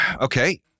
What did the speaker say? Okay